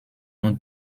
non